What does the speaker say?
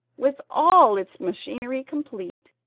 with all its machinery complete,